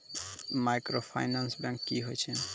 Microfinance bank की होय छै?